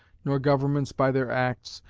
nor governments by their acts,